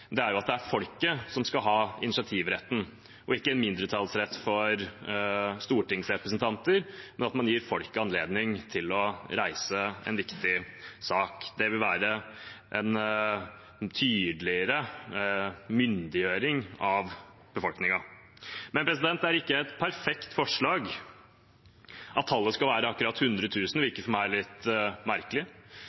er at det er folket som skal ha initiativretten, det er ikke en mindretallsrett for stortingsrepresentanter. Man gir folket anledning til å reise en viktig sak. Det vil være en tydeligere myndiggjøring av befolkningen. Men det er ikke et perfekt forslag. At tallet skal være akkurat 100 000, virker for meg litt merkelig,